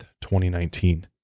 2019